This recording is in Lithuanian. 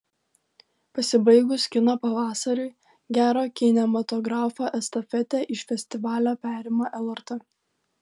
pasibaigus kino pavasariui gero kinematografo estafetę iš festivalio perima lrt